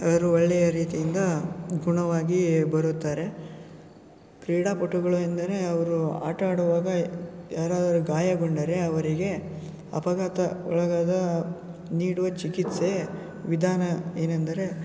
ಅವರು ಒಳ್ಳೆಯ ರೀತಿಯಿಂದ ಗುಣವಾಗಿ ಬರುತ್ತಾರೆ ಕ್ರೀಡಾಪಟುಗಳು ಎಂದರೆ ಅವರು ಆಟ ಆಡುವಾಗ ಯಾರಾದ್ರೂ ಗಾಯಗೊಂಡರೆ ಅವರಿಗೆ ಅಪಘಾತ ಒಳಗಾದ ನೀಡುವ ಚಿಕಿತ್ಸೆ ವಿಧಾನ ಏನೆಂದರೆ